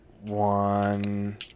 one